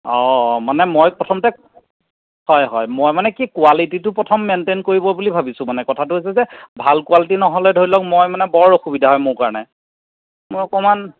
অঁ অঁ মানে মই প্ৰথমতে হয় হয় মই মানে কি কোৱালিটিটো প্ৰথম মেইনটেইন কৰিব বুলি ভাবিছোঁ মানে কথাটো হৈছে যে ভাল কোৱালিটি নহ'লে ধৰি লওক মই মানে বৰ অসুবিধা হয় মোৰ কাৰণে মই অকণমান